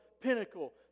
pinnacle